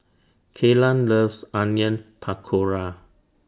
Kelan loves Onion Pakora